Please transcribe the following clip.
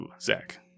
Zach